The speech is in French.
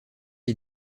est